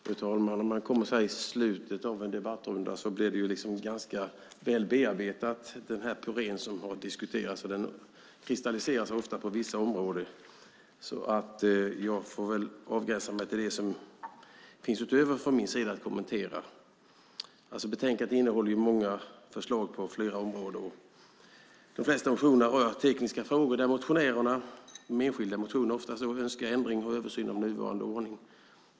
Fru talman! När man kommer i slutet av en debattrunda är den puré som har diskuterats ganska väl bearbetad och vissa områden har ofta utkristalliserat sig. Jag får väl avgränsa mig till att kommentera det som finns utöver detta. Betänkandet innehåller många förslag på flera områden. De flesta motionerna rör tekniska frågor där motionärerna - det är oftast enskilda motioner - önskar ändring och översyn av nuvarande ordning.